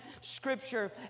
Scripture